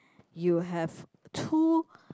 you have two